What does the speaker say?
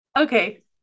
okay